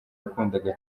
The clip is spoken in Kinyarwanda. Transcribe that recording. yakundaga